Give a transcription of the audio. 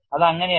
അത് അങ്ങനെയല്ല